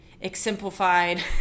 exemplified